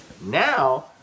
Now